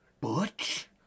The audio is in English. Butch